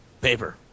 Paper